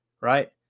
right